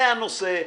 הזה הנושא,